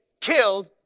killed